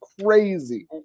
crazy